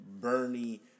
Bernie